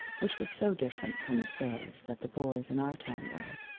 which was so different from the sailors that the boys in our town wear.